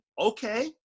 okay